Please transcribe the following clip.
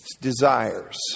desires